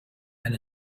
and